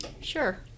Sure